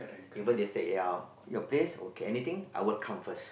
even they stay at you your place okay anything I will come first